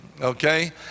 okay